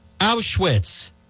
Auschwitz